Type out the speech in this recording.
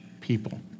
people